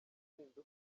mpinduka